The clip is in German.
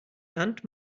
land